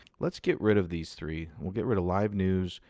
let's get rid of these three we'll get rid of live news,